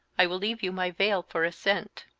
i will leave you my veil for a scent.